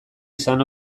izan